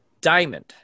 diamond